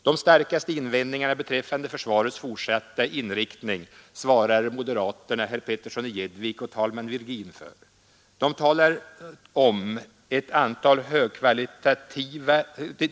De starkaste invändningarna beträffande försvarets fortsatta inriktning svarar moderaterna herrar Petersson i Gäddvik och talman Virgin för.